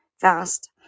fast